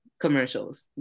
commercials